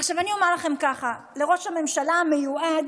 עכשיו, אומר לכם ככה: לראש הממשלה המיועד